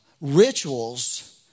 rituals